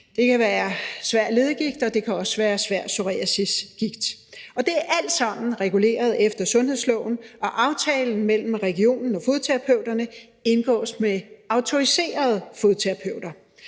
det kan være svær leddegigt eller svær psoriasisgigt. Og det er alt sammen reguleret efter sundhedsloven, og aftalen mellem regionen og fodterapeuterne indgås med autoriserede fodterapeuter.